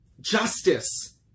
Justice